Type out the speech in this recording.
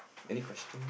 any question